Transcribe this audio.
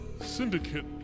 Syndicate